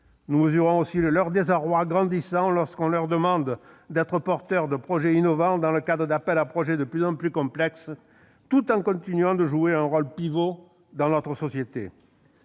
Nous mesurons aussi leur désarroi grandissant lorsqu'on leur demande d'être porteurs de projets innovants dans le cadre d'appels à projets de plus en plus complexes, tout en continuant de jouer un rôle pivot dans notre société.